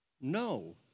No